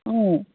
ꯎꯝ